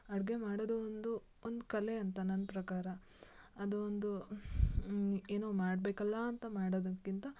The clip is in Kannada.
ಅಡುಗೆ ಮಾಡೋದು ಒಂದು ಒಂದು ಕಲೆ ಅಂತ ನನ್ನ ಪ್ರಕಾರ ಅದು ಒಂದು ಏನೋ ಮಾಡಬೇಕಲ್ಲಾ ಅಂತ ಮಾಡೋದಕ್ಕಿಂತ